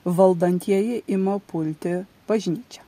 valdantieji ima pulti bažnyčią